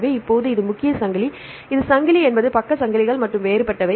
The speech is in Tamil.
எனவே இப்போது இது முக்கிய சங்கிலி இது சங்கிலி என்பது பக்க சங்கிலிகள் மட்டுமே வேறுபட்டவை